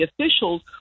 officials